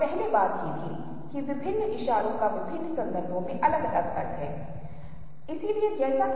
पहला अंक मैं जल्दी से बनाना चाहूंगा एक ऐसी चीज है जिसे अग्रभूमि और पृष्ठभूमि के रूप में जाना जाता है